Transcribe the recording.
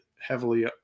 heavily